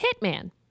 hitman